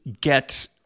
get